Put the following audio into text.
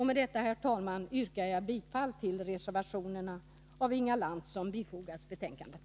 Med detta, herr talman, yrkar jag bifall till de reservationer av Inga Lantz som har fogats till betänkandet.